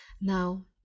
now